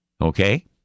okay